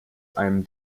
einem